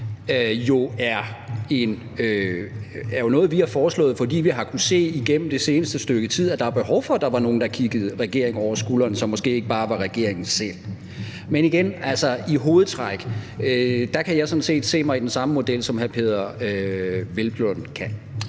er noget, vi har foreslået, fordi vi igennem det seneste stykke tid har kunnet se, at der var behov for, at der var nogle, der kiggede regeringen over skulderen, som måske ikke bare var regeringen selv. Men igen, i hovedtræk kan jeg sådan set se mig i den samme model, som hr. Peder Hvelplund kan.